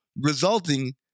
resulting